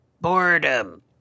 Boredom